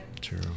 True